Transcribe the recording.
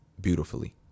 beautifully